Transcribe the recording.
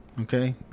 Okay